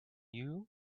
you